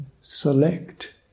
select